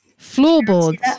Floorboards